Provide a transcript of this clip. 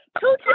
two